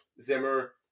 Zimmer